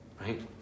Right